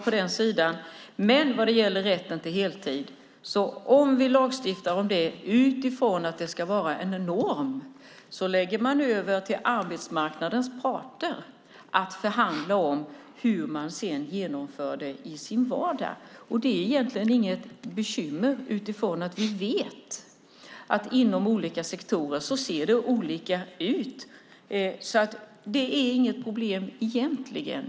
Men om vi lagstiftar om rätt till heltid utifrån att det ska vara en norm lägger vi över till arbetsmarknadens parter att förhandla om hur man sedan genomför det i sin vardag. Det är egentligen inget bekymmer. Vi vet att det ser olika ut inom olika sektorer. Det är inget problem egentligen.